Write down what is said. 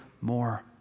more